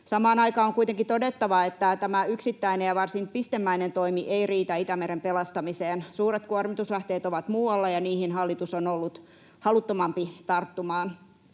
Samaan aikaan on kuitenkin todettava, että tämä yksittäinen ja varsin pistemäinen toimi ei riitä Itämeren pelastamiseen. Suuret kuormituslähteet ovat muualla, ja niihin hallitus on ollut haluttomampi tarttumaan.